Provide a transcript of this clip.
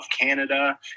canada